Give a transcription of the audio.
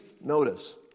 notice